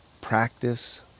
practice